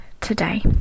today